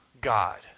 God